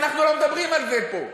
ואנחנו לא מדברים על זה פה,